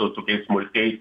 su tokiais smulkiais